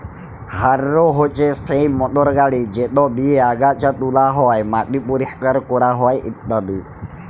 harrow হছে সেই motor গাড়ি যেট দিঁয়ে আগাছা তুলা হ্যয়, মাটি পরিষ্কার ক্যরা হ্যয় ইত্যাদি